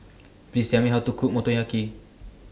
Please Tell Me How to Cook Motoyaki